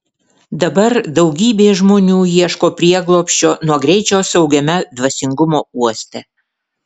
dabar daugybė žmonių ieško prieglobsčio nuo greičio saugiame dvasingumo uoste